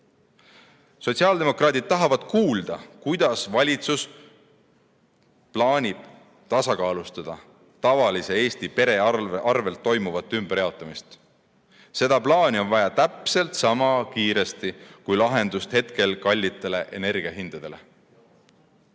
Sotsiaaldemokraadid tahavad kuulda, kuidas valitsus plaanib tasakaalustada tavalise Eesti pere arvel toimuvat ümberjaotamist. Seda plaani on vaja täpselt sama kiiresti kui lahendust hetkel kallitele energia hindadele.